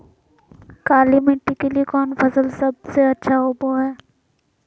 काली मिट्टी के लिए कौन फसल सब से अच्छा होबो हाय?